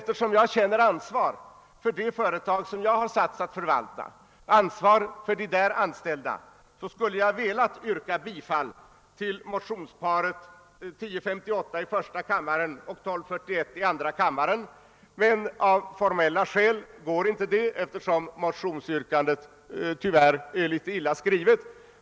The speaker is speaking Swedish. Eftersom jag känner ansvar för det företag som jag har satts att förvalta och ansvar för de där anställda skulle jag velat yrka bifall till motionsparet I: 1058 och II: 1241. Detta går emellertid inte av formella skäl, eftersom motionsyrkandet tyvärr är litet illa skrivet.